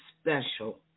special